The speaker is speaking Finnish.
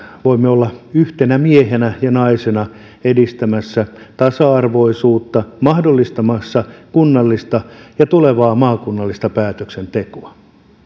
voimme olla yhtenä miehenä ja naisena edistämässä tasa arvoisuutta mahdollistamassa kunnallista ja tulevaa maakunnallista päätöksentekoa